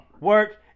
work